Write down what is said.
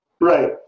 Right